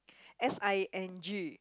S I N G